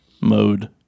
mode